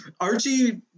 Archie